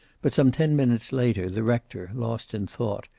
but some ten minutes later the rector, lost in thought,